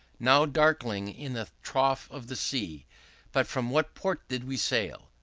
now darkling in the trough of the sea but from what port did we sail?